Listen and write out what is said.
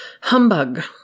Humbug